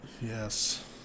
Yes